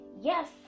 Yes